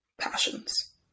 passions